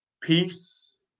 Peace